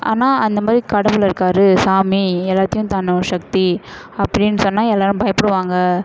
ஆனால் அந்த மாதிரி கடவுள் இருக்கார் சாமி எல்லாத்தையும் தாண்டின ஒரு சக்தி அப்படினு சொன்னால் எல்லாேரும் பயப்படுவாங்க